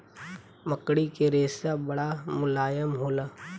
मकड़ी के रेशा बड़ा मुलायम होला